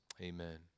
Amen